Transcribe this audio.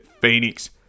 Phoenix